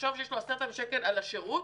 תחשוב שיש לו 10,000 שקל עבור השירות.